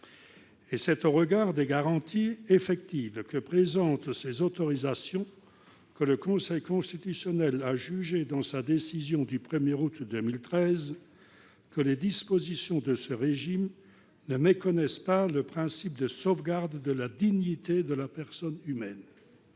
C'est au regard des garanties effectives apportées par ces autorisations que le Conseil constitutionnel a notamment jugé, dans sa décision du 1 août 2013, que les dispositions de ce régime « ne méconnaissent pas le principe de sauvegarde de la dignité de la personne ».